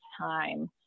time